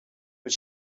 but